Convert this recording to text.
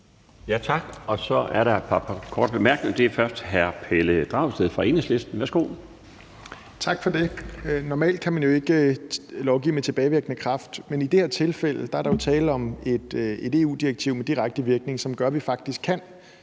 Tak. Så er der et par korte bemærkninger. Det er først fra hr. Pelle Dragsted fra Enhedslisten. Værsgo. Kl. 13:02 Pelle Dragsted (EL): Tak for det. Normalt kan man ikke lovgive med tilbagevirkende kraft, men i det her tilfælde er der jo tale om et EU-direktiv med direkte virkning, som gør, at vi faktisk kan